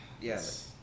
Yes